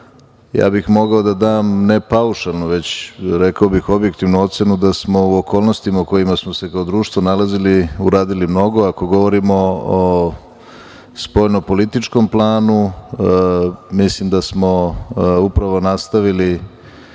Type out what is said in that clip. ja bih mogao da dam, ne paušalno, već rekao bih objektivnu ocenu da smo u okolnostima u kojima smo se kao društvo nalazili, uradili mnogo. Ako govorimo o spoljnopolitičkom mislim da smo upravo nastavili